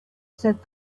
said